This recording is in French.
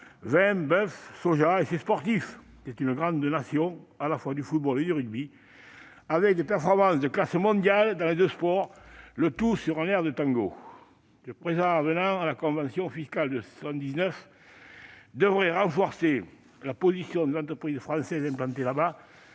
vin, boeuf, soja ... -et ses sportifs. C'est une grande nation, à la fois du football et du rugby, avec des performances de classe mondiale dans les deux sports, le tout sur un air de tango ! Cet avenant à la convention fiscale de 1979 devrait renforcer la position des entreprises françaises implantées